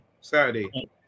Saturday